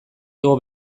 igo